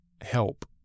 help